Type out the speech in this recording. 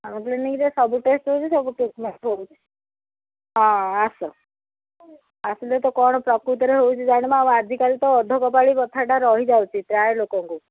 ଆମ କ୍ଲିନିକ୍ରେ ସବୁ ଟେଷ୍ଟ୍ ହେଉଛି ସବୁ ଟ୍ରିଟ୍ମେଣ୍ଟ୍ ହେଉଛି ହଁ ଆସ ଆସିଲେତ କ'ଣ ପ୍ରକୃତରେ ହେଉଛି ଜାଣିବା ଆଉ ଆଜିକାଲି ତ ଅଧକପାଳି ବଥଟା ରହିଯାଉଛି ପ୍ରାୟ ଲୋକଙ୍କୁ